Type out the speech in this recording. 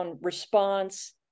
response